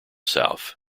south